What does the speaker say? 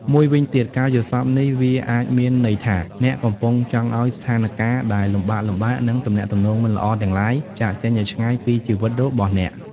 មួយវិញទៀត ការយល់សប្តិនេះ វាអាចមានន័យថា អ្នកកំពុងចង់ឲ្យស្ថានការណ៍ដែលលំបាកៗ និងទំនាក់ទំនងមិនល្អទាំងឡាយ ចាកចេញឲ្យឆ្ងាយពីជីវិតរបស់អ្នក។